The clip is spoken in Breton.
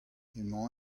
emañ